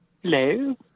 Hello